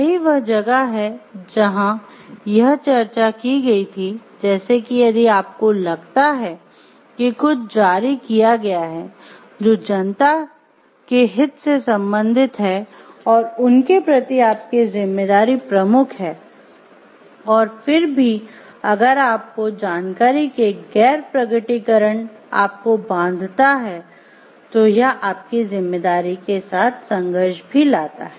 यही वह जगह है जहाँ यह चर्चा की गई थी जैसे कि यदि आपको लगता है कि कुछ जारी आपको बांधता है तो यह आपकी जिम्मेदारी के साथ संघर्ष भी लाता है